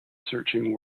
searching